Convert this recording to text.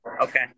Okay